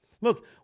Look